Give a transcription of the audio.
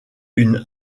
une